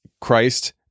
Christ